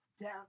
down